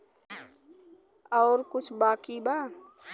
और कुछ बाकी बा?